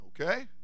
Okay